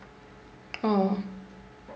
oh